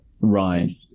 Right